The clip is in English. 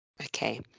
Okay